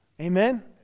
Amen